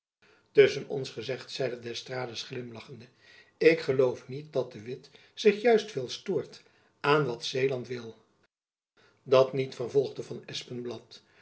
tusschen ons gezegd zeide d'estrades glimlachende ik geloof niet dat de witt zich juist veel stoort aan wat zeeland wil dat niet vervolgde van